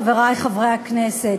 חברי חברי הכנסת,